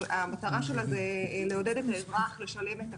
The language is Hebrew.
המטרה שלה זה לעודד את האזרח לשלם את הקנס,